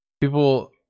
People